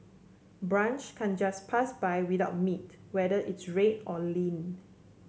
brunch can't just pass by without meat whether it's red or lean